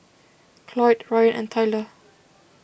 Cloyd Rayan and Tylor